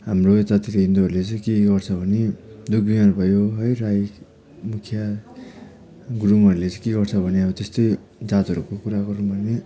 हाम्रो जातिले हिन्दूहरूले चाहिँ के गर्छ भने दुख बिमार भयो है राई मुखिया गुरुङहरूले चाहिँ के गर्छ भने अब त्यस्तै जातहरूको कुरा गरौँ भने